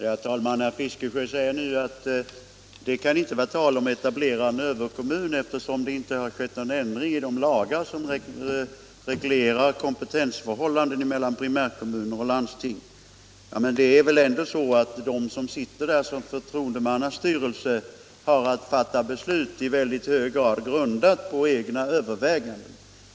Herr talman! Herr Fiskesjö säger nu att det inte kan vara tal om att etablera en överkommun, eftersom det inte har skett någon förändring i de lagar som reglerar kompetensförhållandena mellan primärkommuner och landsting. Men de som sitter där som förtroendemannastyrelse har väl ändå att fatta beslut som i mycket hög grad är grundade på egna överväganden.